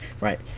right